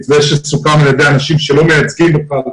מתווה שסוכם על ידי אנשים שלא מייצגים אותנו,